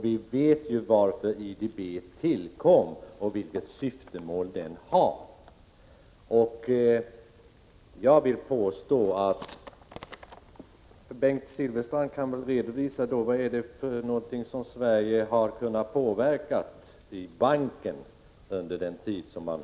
Vi vet ju varför IDB tillkom och vilka syftemål banken har. Bengt Silfverstrand kan väl redovisa vad Sverige har kunnat påverka i banken under sin medlemstid.